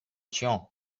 tian